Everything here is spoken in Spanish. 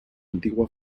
antigua